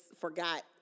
forgot